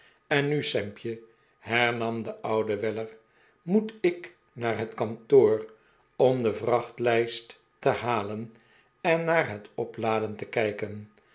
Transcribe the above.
en nu sampje hernam de oude weller moet ik naar het kantoor om de vrachtlijst te halen en naar het opladen te kijken